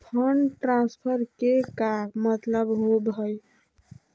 Fund transfer के का मतलब होव हई?